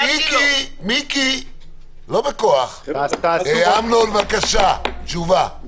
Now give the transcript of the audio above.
אני מציע להגיש בקשה שיהיה בה מספר כלי הרכב,